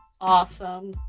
awesome